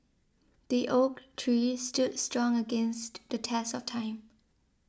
the oak tree stood strong against the test of time